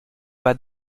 pas